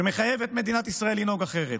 שמחייב את מדינת ישראל לנהוג אחרת.